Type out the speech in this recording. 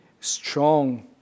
strong